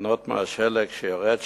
ליהנות מהשלג שיורד שם,